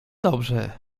dobrze